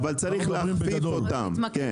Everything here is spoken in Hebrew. אבל צריך להכפיף אותן.